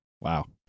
Wow